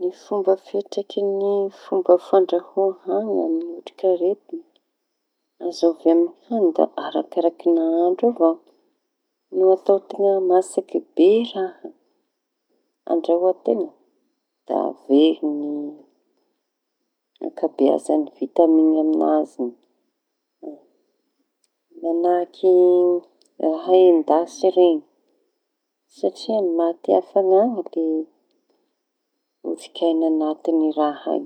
Ny fomba fiantraikan'ny fomba fandrahoa hañi amin'ny otrik'aretiña azo avy amin'ny hani da arakaraky nahandro avao. No ataon-teña masaky be raha ahandroan-teña da very ny ankabezany vitaminy amin'azy iñy. Mañahaky raha endasy reñy satria maty hafana lay otrikaiña añatin'ilay raha iñy.